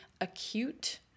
acute